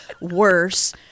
worse